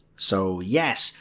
so yes,